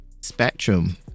spectrum